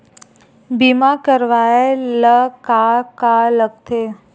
बीमा करवाय ला का का लगथे?